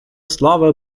слава